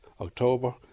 October